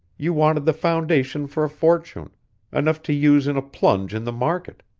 you wanted the foundation for a fortune enough to use in a plunge in the market.